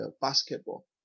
basketball